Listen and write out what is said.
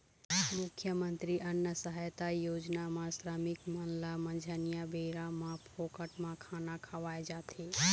मुख्यमंतरी अन्न सहायता योजना म श्रमिक मन ल मंझनिया बेरा म फोकट म खाना खवाए जाथे